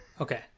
okay